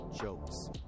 jokes